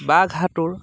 বাঘ সাঁতোৰ